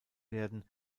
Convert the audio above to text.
werden